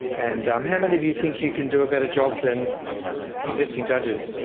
and um how many of you think you can do a better job than existing judges?